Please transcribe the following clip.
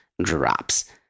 Drops